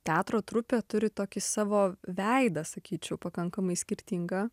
teatro trupė turi tokį savo veidą sakyčiau pakankamai skirtingą